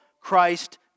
Christ